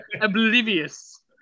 Oblivious